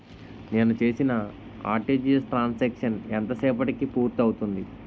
నేను చేసిన RTGS transaction ఎంత సేపటికి పూర్తి అవుతుంది?